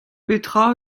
petra